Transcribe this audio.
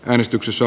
äänestyksessä